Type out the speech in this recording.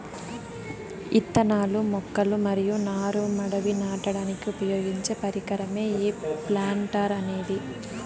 ఇత్తనాలు, మొక్కలు మరియు నారు మడిని నాటడానికి ఉపయోగించే పరికరమే ఈ ప్లాంటర్ అనేది